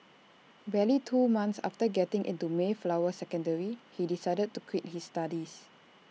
barely two months after getting into Mayflower secondary he decided to quit his studies